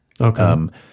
Okay